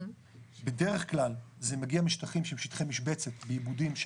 בדרך כלל זה מגיע משטחים שהם שטחי משבצת בעיבודים של